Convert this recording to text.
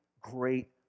great